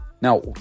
Now